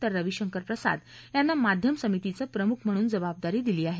तर रविशंकर प्रसाद यांना माध्यम समितीचे प्रमुख म्हणून जबाबदारी दिली आहे